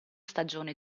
stagione